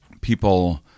people –